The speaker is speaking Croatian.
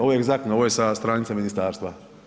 Ovo je egzaktno, ovo je sa stranice ministarstva?